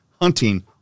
hunting